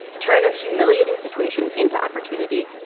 turn a humiliating situation into opportunity,